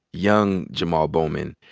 young jamaal bowman,